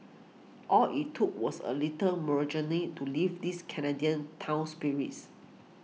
all it too was a little moral journey to lift this Canadian town's spirits